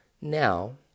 Now